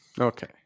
Okay